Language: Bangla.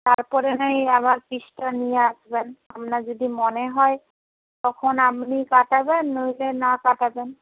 তারপরে নয় আবার পিসটা নিয়ে আসবেন আপনার যদি মনে হয় তখন আপনি কাটাবেন নইলে না কাটাবেন